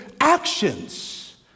actions